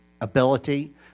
ability